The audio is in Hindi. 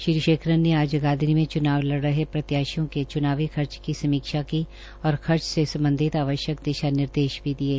श्री शेखरन ने आज जगाधरी में च्नाव लड़ रहे प्रत्याशियों के च्नावी खर्च की समीक्षा की और खर्च से सम्बधित आवश्यक दिशा निदेश भी दिये